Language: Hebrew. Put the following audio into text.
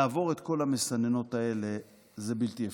לעבור את כל המסננות האלה זה בלתי אפשרי.